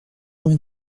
vingt